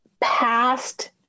past